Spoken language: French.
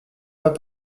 pas